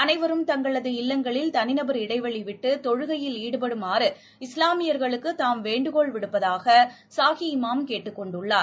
அளைவரும் தங்களது இல்லங்களில் தனிநபர் இடைவெளிவிட்டு தொழுகையில் ஈடுபடுமாறு இஸ்லாமியர்களுக்கு தாம் வேண்டுகோள் விடுப்பதாக சாஹி இமாம் கேட்டுக் கொண்டுள்ளார்